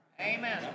amen